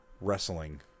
Wrestling